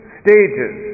stages